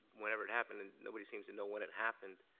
whenever it happened, and nobody seems to know when it happened,